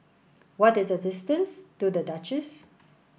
what is the distance to The Duchess